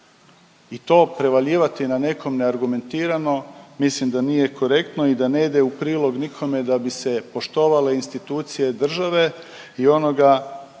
i to prevaljivati na nekom neargumentirano mislim da nije korektno i da ne ide u prilog nikome da bi se poštovale institucije države i onoga